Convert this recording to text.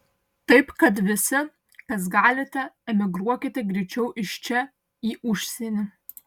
taip kad visi kas galite emigruokite greičiau iš čia į užsienį